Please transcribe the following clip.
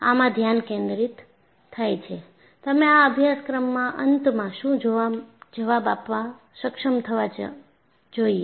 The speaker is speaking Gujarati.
આમાં ધ્યાન કેન્દ્રિત થાય છે તમે આ અભ્યાસક્રમના અંતમાં શું જવાબ આપવા સક્ષમ થવા જોઈએ